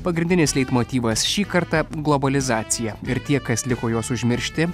pagrindinis leitmotyvas šį kartą globalizacija ir tie kas liko jos užmiršti